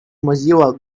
mozilla